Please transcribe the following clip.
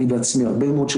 הטיפולים